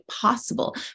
possible